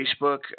Facebook